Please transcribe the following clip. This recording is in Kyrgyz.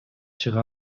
чыга